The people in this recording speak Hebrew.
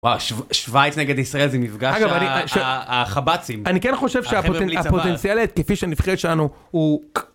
שווייץ נגד ישראל זה מפגש החב"צים. אני כן חושב... החבר'ה בלי צוואר... שהפוטנציאל ההתקפי של הנבחרת שלנו הוא...